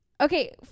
Okay